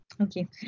Okay